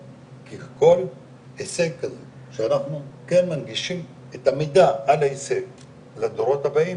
כל הישג הזה שאנחנו כן מנגישים את המידע על ההישג לדורות הבאים,